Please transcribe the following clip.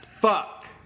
Fuck